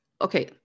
okay